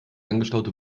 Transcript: angestaute